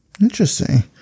Interesting